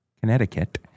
Connecticut